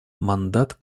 мандат